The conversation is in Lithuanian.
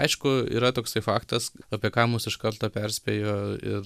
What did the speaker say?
aišku yra toksai faktas apie ką mus iš karto perspėjo ir